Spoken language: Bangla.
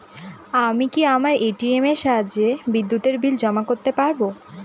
আমি কি আমার এ.টি.এম এর সাহায্যে বিদ্যুতের বিল জমা করতে পারব?